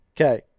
Okay